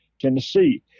Tennessee